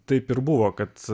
taip ir buvo kad